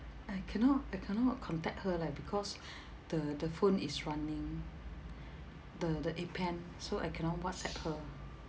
I cannot I cannot contact her leh because the the phone is running the the appen so I cannot whatsapp her